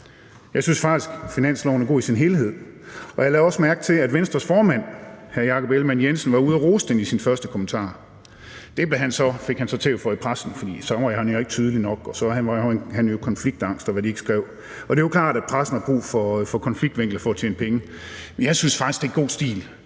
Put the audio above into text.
Jeg synes faktisk, at finansloven er god i sin helhed, og jeg lagde også mærke til, at Venstres formand, hr. Jakob Ellemann-Jensen, var ude at rose den i sin første kommentar. Det fik han så tæv for i pressen, for så var han jo ikke tydelig nok, og så havde han konfliktangst, og hvad de ellers skrev. Det er jo klart, at pressen har brug for konfliktvinkler for at tjene penge, men jeg synes faktisk, det er god stil,